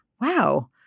Wow